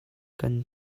kan